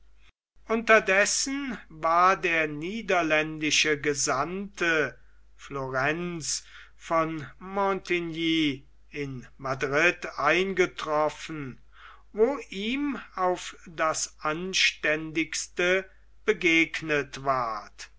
unterdessen war der niederländische gesandte florenz von montigny in madrid eingetroffen wo ihm auf das anständigste begegnet ward